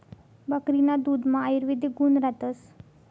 बकरीना दुधमा आयुर्वेदिक गुण रातस